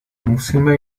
musíme